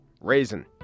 Raisin